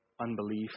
unbelief